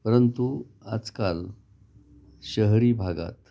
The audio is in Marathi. परंतु आजकाल शहरी भागात